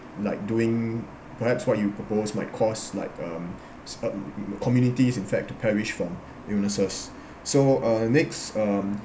like doing perhaps what you proposed might cause like um cer~ communities in fact to perish from illnesses so uh next um